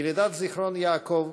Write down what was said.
ילידת זיכרון-יעקב,